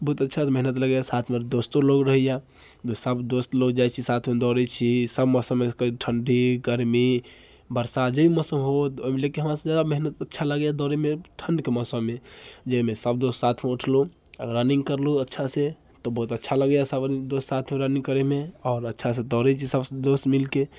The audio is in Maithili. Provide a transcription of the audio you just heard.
बहुत अच्छासँ मेहनत लगैए साथमे दोस्तो लोग रहैए जे सब दोस्त लोग जाइत छी साथ दौड़ैत छी सब मौसममे कहियो ठण्डी गर्मी बरसात जे मौसम हो ओहिमे लेकिन हमरा सबसँ जादा मेहनत अच्छा लगैए दौड़ैमे ठण्डके मौसममे जाएमे सब दोस्त साथमे उठलहुँ रनिङ्ग करलहुँ अच्छा से तऽ बहुत अच्छा लगैए सब दोस्त साथमे रनिङ्ग करैमे आओर अच्छासँ दौड़ैत छी सब दोस्त मिलके